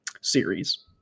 series